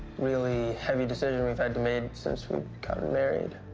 really heavy decision we've had to make since we've gotten married.